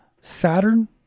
Saturn